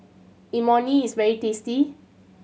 imoni is very tasty